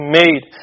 made